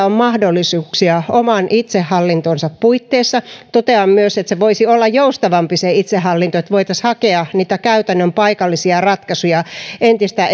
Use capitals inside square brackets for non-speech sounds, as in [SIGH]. [UNINTELLIGIBLE] on mahdollisuuksia oman itsehallintonsa puitteissa totean myös että se itsehallinto voisi olla joustavampi että voitaisiin hakea niitä paikallisia käytännön ratkaisuja entistä [UNINTELLIGIBLE]